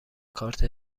کارت